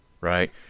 right